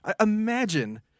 Imagine